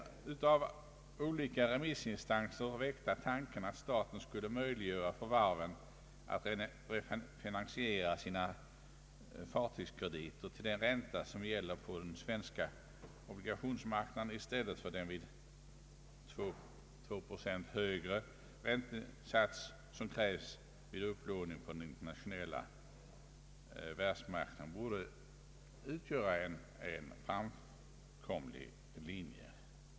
Den av olika remissinstanser väckta tanken att staten skulle möjliggöra för varven att finansiera sina fartygskrediter till den ränta som gäller på den svenska obligationsmarknaden i stället för den till 2 procent högre räntesats som krävs vid upplåning på den internationella världsmarknaden borde utgöra en framkomlig väg.